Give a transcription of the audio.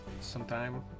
sometime